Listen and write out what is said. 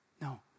No